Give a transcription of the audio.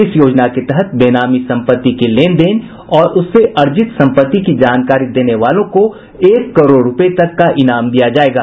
इस योजना के तहत बेनामी सम्पत्ति के लेनदेन और उससे अर्जित सम्पत्ति की जानकारी देने वालों को एक करोड़ रुपये तक का ईनाम दिया जाएगा